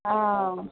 ہاں